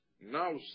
now